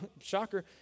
shocker